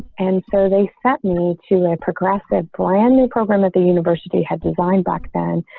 and so they sent me to a progressive brand new program at the university had designed back then,